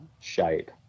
shape